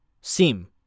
Sim